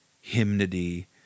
hymnody